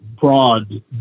broad